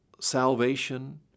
salvation